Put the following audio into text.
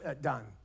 done